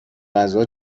غذا